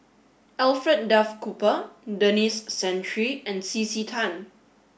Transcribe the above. Alfred Duff Cooper Denis Santry and C C Tan